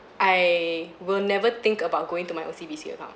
I will never think about going to my O_C_B_C account